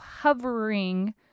hovering